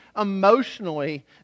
emotionally